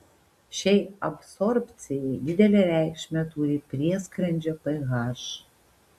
šiai absorbcijai didelę reikšmę turi prieskrandžio ph